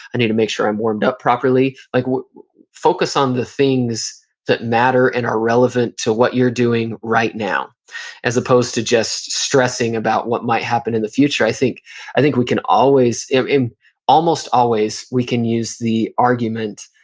i need to make sure i'm warmed up properly, like focus on the things that matter and are relevant to what you're doing right now as opposed to just stressing about what might happen in the future. i think i think we can always, almost always, we can use the argument,